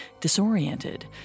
disoriented